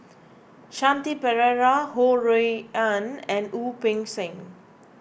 Shanti Pereira Ho Rui An and Wu Peng Seng